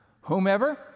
whomever